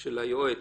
של היועץ